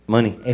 Money